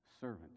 servant